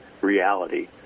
reality